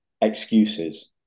excuses